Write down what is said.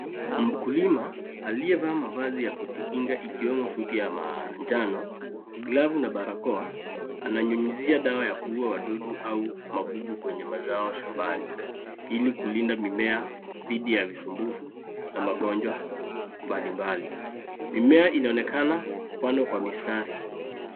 Mkulima aliyevaa mavazi ya kujikinga ikiwemo suti ya manjano, glavu na barakoa, ananyunyizia dawa ya kuua wadudu au magugu kwenye mazao shambani Ili kulinda mimea dhidi ya visumbufu na magonjwa mbalimbali. Mimea inaonekana kupandwa kwa mistari.